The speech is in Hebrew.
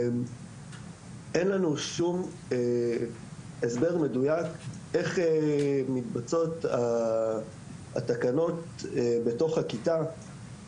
אין לנו שום הסבר מדויק איך מתבצעות התקנות בתוך הכיתה,